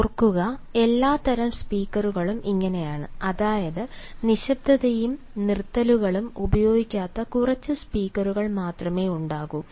ഓർക്കുക എല്ലാത്തരം സ്പീക്കറുകളും അതായത് നിശബ്ദതയും നിർത്തലുകളും ഉപയോഗിക്കാത്ത കുറച്ച് സ്പീക്കറുകൾ മാത്രമേ ഉണ്ടാകൂ